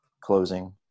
closing